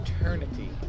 eternity